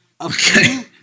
okay